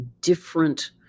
different